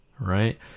right